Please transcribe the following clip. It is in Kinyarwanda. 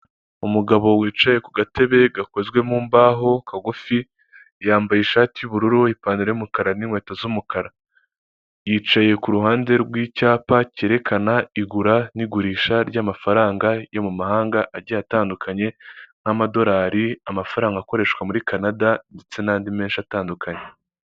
Umugabo wicaye ku gatebe gakozwe mu mbaho kagufi yambaye ishati y'ubururu, ipantaro y'umukara, n'inkweto z'umukara, yicaye kuruhande rw'icyapa cyerekana igura n'igurisha ry'amafaranga yo mu mahanga agiye atandukanye nk'amadolari, amafaranga akoreshwa muri canada ndetse n'andi menshi atandukanye.